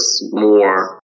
more